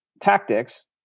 tactics